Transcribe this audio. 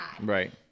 right